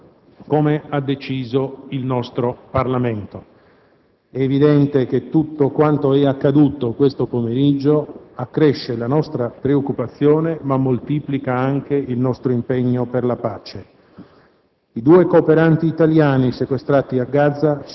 di un forte contingente militare italiano, come ha deciso il nostro Parlamento. È evidente che tutto quanto è accaduto questo pomeriggio accresce la nostra preoccupazione, ma moltiplica anche il nostro impegno per la pace.